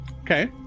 Okay